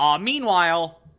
Meanwhile